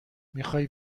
میخای